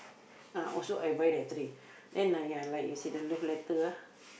ah also I buy that tree then like ya like you see the love letter ah